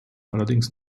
allerdings